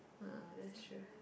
uh that's true